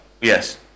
Yes